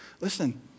listen